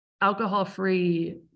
alcohol-free